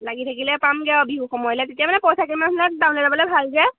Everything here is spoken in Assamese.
লাগি থাকিলে পামগে আউ বিহু সময়লে তেতিয়া মানে পইচা কি মানহনাক ডাউ লডাবলে ভালায়